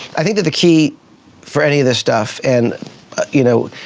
i think that the key for any of this stuff, and you know,